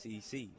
SEC